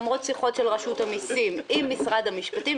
למרות שיחות של רשות המסים עם משרד המשפטים,